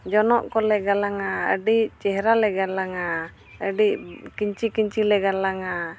ᱡᱚᱱᱚᱜ ᱠᱚᱞᱮ ᱜᱟᱞᱟᱝᱼᱟ ᱟᱹᱰᱤ ᱪᱮᱦᱨᱟᱞᱮ ᱜᱟᱞᱟᱝᱼᱟ ᱟᱹᱰᱤ ᱠᱤᱱᱪᱤ ᱠᱤᱱᱪᱤ ᱞᱮ ᱜᱟᱞᱟᱝᱼᱟ